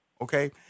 okay